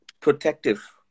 protective